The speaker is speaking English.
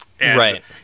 Right